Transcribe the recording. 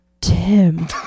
Tim